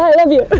love you.